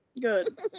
good